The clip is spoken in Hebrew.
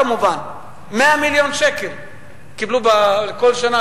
כמובן: 100 מיליון שקל קיבלו כל שנה,